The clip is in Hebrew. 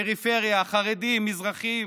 פריפריה, חרדים, מזרחים.